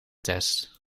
test